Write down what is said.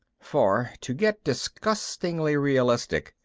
for, to get disgustingly realistic,